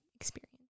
experience